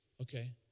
Okay